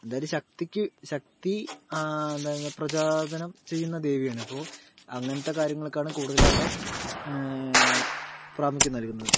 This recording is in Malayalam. എന്തായാലും ശക്തിക്ക് ശക്തി അതായത് പ്രചോദനം ചെയ്യുന്ന ദേവിയാണ് ഇപ്പോൾ അങ്ങനത്തെ കാര്യങ്ങളൊക്കെയാണ് കൂടുതൽ അവിടെ പ്രാമുഖ്യം നൽകുന്നത്